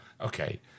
Okay